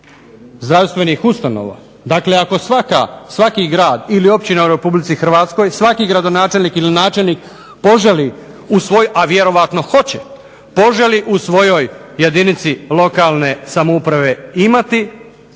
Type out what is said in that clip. zdravstvenih ustanova, dakle ako svaki grad ili općina u RH, svaki gradonačelnik ili načelnik poželi u svojoj, a vjerojatno hoće, poželi u svojoj jedinici lokalne samouprave imati